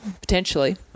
Potentially